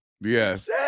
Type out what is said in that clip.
yes